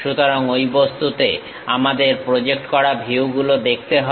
সুতরাংঐ বস্তুতে আমাদের প্রজেক্ট করা ভিউগুলো দেখতে হবে